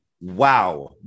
Wow